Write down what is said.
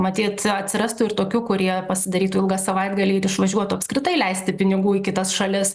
matyt atsirastų ir tokių kurie pasidarytų ilgą savaitgalį ir išvažiuotų apskritai leisti pinigų į kitas šalis